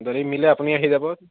যদি মিলে আপুনি আহি যাব